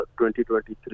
2023